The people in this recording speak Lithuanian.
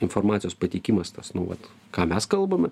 informacijos pateikimas tas nu vat ką mes kalbame